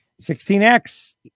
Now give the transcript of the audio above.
16X